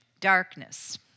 darkness